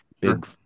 big